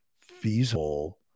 feasible